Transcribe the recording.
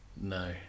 no